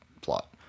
plot